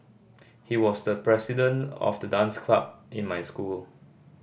he was the president of the dance club in my school